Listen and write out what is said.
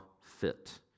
fit